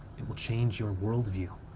it will change your worldview.